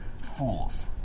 fools